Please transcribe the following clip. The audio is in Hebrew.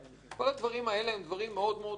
כל הדברים הללו מאוד-מאוד חמורים.